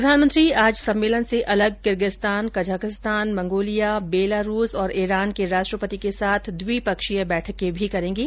प्रधानमंत्री आज सम्मेलन से अलग किर्गिस्तान कजाख्स्तान मंगोलिया बेलारूस और ईरान के राष्ट्रपति के साथ द्विपक्षीय बैठकें करेंगे